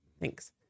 Thanks